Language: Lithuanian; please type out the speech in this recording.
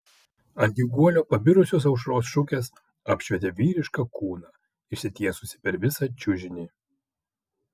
ant jų guolio pabirusios aušros šukės apšvietė vyrišką kūną išsitiesusį per visą čiužinį